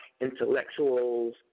intellectuals